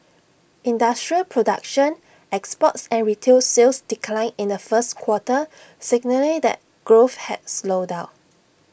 industrial production exports and retail sales declined in the first quarter signalling that growth had slowed down